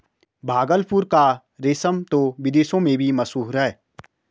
भागलपुर का रेशम तो विदेशों में भी मशहूर है